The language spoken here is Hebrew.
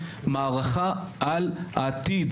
מערכה על העתיד